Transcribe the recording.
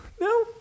No